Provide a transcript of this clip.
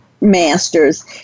masters